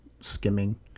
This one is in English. skimming